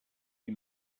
wie